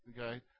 Okay